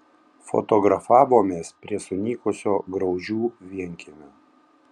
fotografavomės prie sunykusio graužių vienkiemio